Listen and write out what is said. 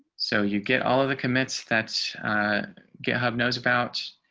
so you get all of the commits that's github knows about.